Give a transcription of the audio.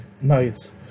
Nice